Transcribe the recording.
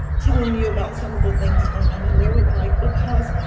telling you about some of the things going on in their life because,